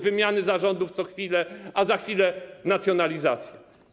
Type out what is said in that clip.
Wymiany zarządów co chwilę, a za chwilę nacjonalizacja.